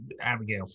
Abigail